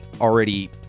already